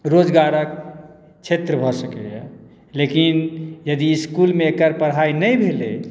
रोजगारक क्षेत्र भऽ सकैया लेकिन यदि इसकुलमे एकर पढ़ाई नहि भेलै